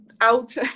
out